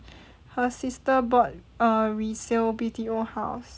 her sister bought a resale B_T_O house